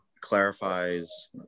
clarifies